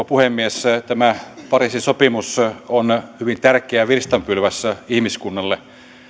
puhemies tämä pariisin sopimus on hyvin tärkeä virstanpylväs ihmiskunnalle